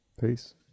Peace